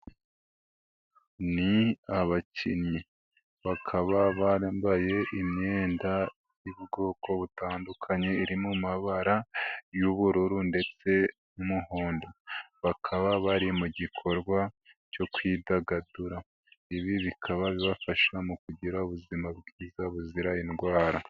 Ni abakinnyi bakaba bambaye imyenda y'ubwoko butandukanye irimu mabara y'ubururu ndetse n'umuhondo. Bakaba bari mu gikorwa cyo kwidagadura. Ibi bikaba bibafasha mu kugira ubuzima bwiza buzira indwara.